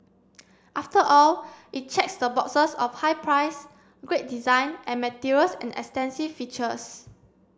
after all it checks the boxes of high price great design and materials and extensive features